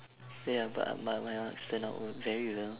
ya but but my marks turn out were very well